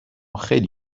خیلی